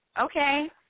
Okay